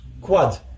quad